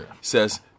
says